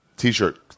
t-shirt